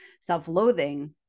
self-loathing